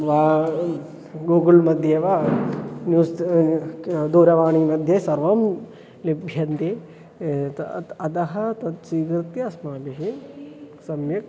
वा गूगल्मध्ये वा न्यूस् दूरवाणीमध्ये सर्वं लभते त अतः अतः तत् स्वीकृत्य अस्माभिः सम्यक्